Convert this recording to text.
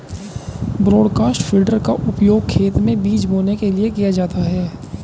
broadcast feeder का उपयोग खेत में बीज बोने के लिए किया जाता है